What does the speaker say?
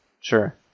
Sure